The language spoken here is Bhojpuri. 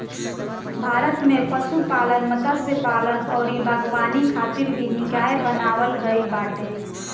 भारत में पशुपालन, मत्स्यपालन अउरी बागवानी खातिर भी निकाय बनावल गईल बाटे